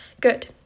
Good